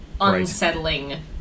unsettling